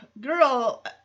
girl